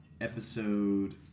episode